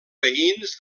veïns